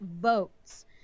votes